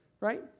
right